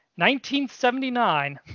1979